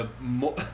more